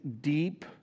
deep